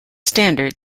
standard